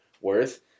worth